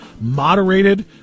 moderated